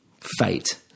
fate